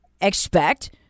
expect